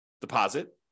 deposit